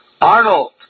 Arnold